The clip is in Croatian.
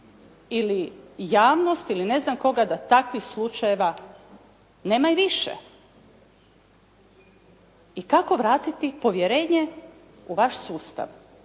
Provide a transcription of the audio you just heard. ili javnost ili ne znam koga da takvih slučajeva nema više. I kako vratiti povjerenje u vaš sustav